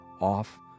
off